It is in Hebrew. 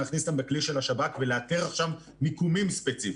להכניס אותם לכלי של השב"כ ולאתר עכשיו מיקומים ספציפיים.